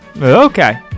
Okay